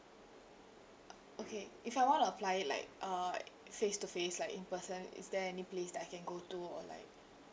okay if I want to apply it like uh face to face like in person is there any place that I can go to or like